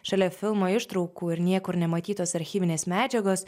šalia filmo ištraukų ir niekur nematytos archyvinės medžiagos